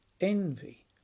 envy